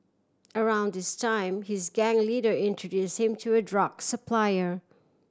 around this time his gang leader introduce him to a drug supplier